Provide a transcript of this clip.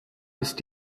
ist